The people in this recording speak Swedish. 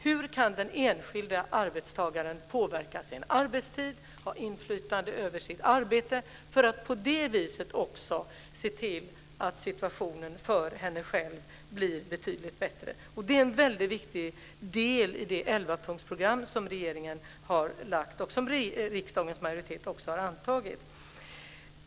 Hur kan den enskilde arbetstagaren påverka sin arbetstid och ha inflytande över sitt arbete, för att på det viset också se till att situationen för henne själv ska bli betydligt bättre? Det är en väldigt viktig del i det elvapunktsprogram som regeringen har lagt fram och som riksdagens majoritet också har antagit.